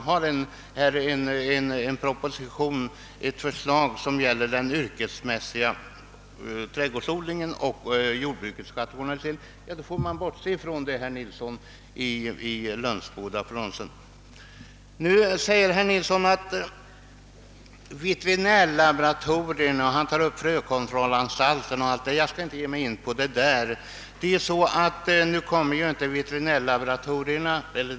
Herr Nilsson i Lönsboda nämnde veterinärlaboratorierna, frökontrollanstalten m.m.